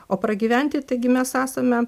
o pragyventi taigi mes esame